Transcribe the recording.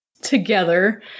together